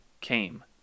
came